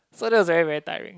so that are very very tiring